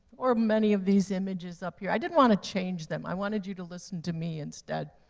or many of these images up here. i didn't want to change them. i wanted you to listen to me instead.